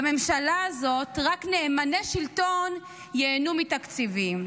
בממשלה הזאת, רק נאמני שלטון ייהנו מתקציבים,